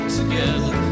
together